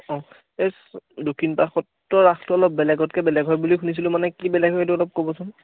এই দক্ষিণপাট সত্ৰৰ ৰাসতো অলপ বেলেগতকৈ অলপ বেলেগ হয় বুলি শুনিছিলোঁ মানে কি বেলেগ হয় সেইটো অলপ ক'বচোন